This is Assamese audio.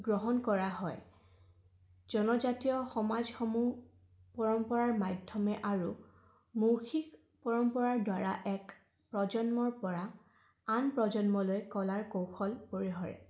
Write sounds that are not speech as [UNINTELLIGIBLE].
গ্ৰহণ কৰা হয় জনজাতীয় সমাজসমূহ পৰম্পৰাৰ মাধ্যমে আৰু মৌখিক পৰম্পৰাৰ দ্বাৰা এক প্ৰজন্মৰ পৰা আন প্ৰজন্মলৈ কলাৰ কৌশল [UNINTELLIGIBLE]